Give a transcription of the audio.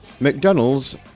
McDonald's